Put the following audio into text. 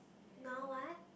now what